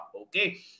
Okay